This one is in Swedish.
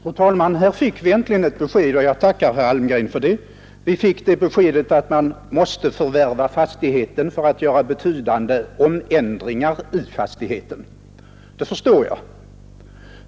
Fru talman! Här fick vi äntligen ett besked — jag tackar herr Almgren för det — att vi måste förvärva fastigheten för att göra betydande omändringar i den. Det förstår jag.